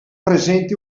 presente